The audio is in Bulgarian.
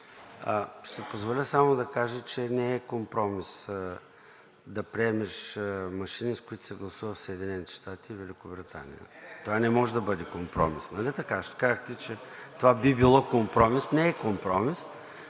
си позволя само да кажа, че не е компромис да приемеш машини, с които се гласува в Съединените щати и Великобритания. Това не може да бъде компромис, нали така? Ще кажете, че това би било компромис. Не е компромис,